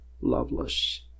loveless